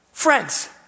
Friends